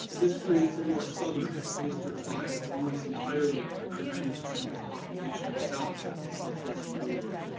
this creates a more southern district five, that's almost entirely, about ninety percent of its population south of folsom boulevard.